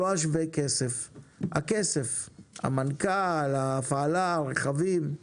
לא השווה כסף, אלא הכסף, המנכ"ל, ההפעלה, הרכבים?